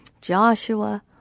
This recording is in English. Joshua